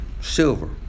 silver